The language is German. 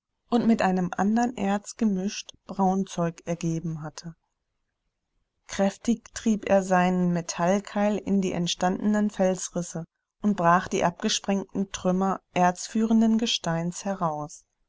und mit einem andern erz gemischt braunzeug ergeben hatte kräftig trieb er seinen metallkeil in die entstandenen felsrisse und brach die abgesprengten trümmer erzführenden gesteins heraus